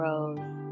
Rose